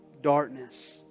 darkness